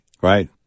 right